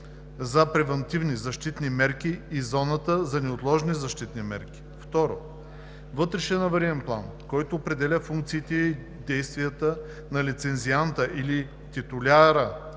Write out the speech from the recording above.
за превантивни защитни мерки и зоната за неотложни защитни мерки; 2. вътрешен авариен план, който определя функциите и действията на лицензианта или титуляря